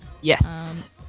Yes